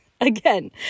Again